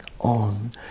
on